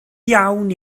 iawn